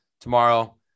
tomorrow